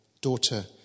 Daughter